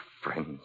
friends